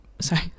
sorry